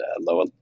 lower